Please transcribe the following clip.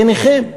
בעיניכם,